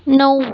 नऊ